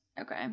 okay